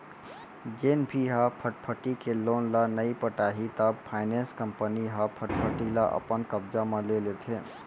जेन भी ह फटफटी के लोन ल नइ पटाही त फायनेंस कंपनी ह फटफटी ल अपन कब्जा म ले लेथे